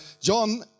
John